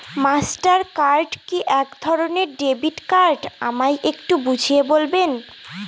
Master card কি একধরণের debit card আমায় একটু বুঝিয়ে বলবেন?